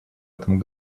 этом